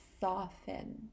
soften